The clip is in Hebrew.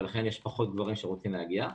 לכן יש פחות גברים שרוצים להגיע.